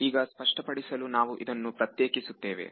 ಈಗ ಸ್ಪಷ್ಟಪಡಿಸಲು ನಾವು ಇದನ್ನು ಪ್ರತ್ಯೇಕಿಸುತ್ತವೆ